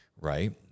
right